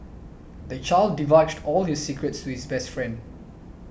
the child divulged all this secrets to his best friend